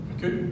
Okay